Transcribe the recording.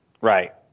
Right